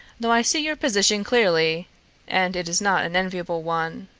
though i see your position clearly and it is not an enviable one.